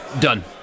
done